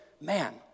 man